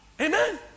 Amen